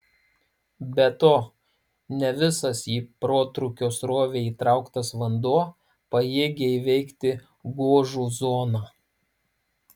be to ne visas į protrūkio srovę įtrauktas vanduo pajėgia įveikti gožų zoną